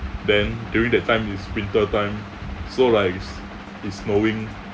then during that time is winter time so like is snowing